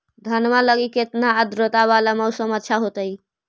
धनमा लगी केतना आद्रता वाला मौसम अच्छा होतई?